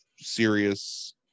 serious